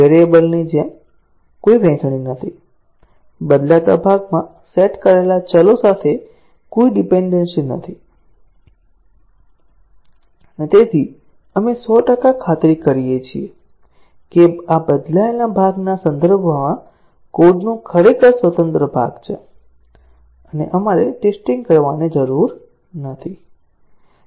વેરિયેબલની કોઈ વહેંચણી નથી બદલાતા ભાગમાં સેટ કરેલા ચલો સાથે કોઈ ડીપેનડેન્સી નથી અને તેથી આપણે 100 ટકા ખાતરી કરી શકીએ છીએ કે આ બદલાયેલા ભાગના સંદર્ભમાં કોડનો ખરેખર સ્વતંત્ર ભાગ છે અને આપણે ટેસ્ટીંગ કરવાની જરૂર નથી તેમને